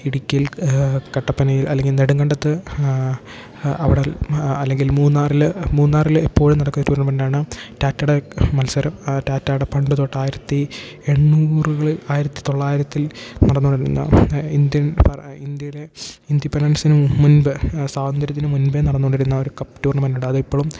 ഇടുക്കിയിൽ കട്ടപ്പനയിൽ അല്ലെങ്കിൽ നെടുങ്കണ്ടത്ത് അവിടെ അല്ലെങ്കിൽ മൂന്നാറിൽ മൂന്നാറിൽ എപ്പോഴും നടക്കുന്ന ഒരു ടൂർണമെൻറ്റാണ് ടാറ്റാടെ മത്സരം ടാറ്റാടെ പണ്ട് തൊട്ട് ആയിരത്തി എണ്ണൂറുകളിൽ ആയിരത്തി തൊള്ളായിരത്തിൽ നടന്നോണ്ടിരുന്ന ഇന്ത്യൻ ഫ ഇന്ത്യയിലെ ഇൻഡിപ്പെൻഡൻസിന് മുൻപ് സ്വാതന്ത്ര്യത്തിന് മുൻപേ നടന്ന് കൊണ്ടിരുന്ന ഒരു കപ്പ് ടൂർണമെൻറ്റുണ്ട് അത് ഇപ്പോഴും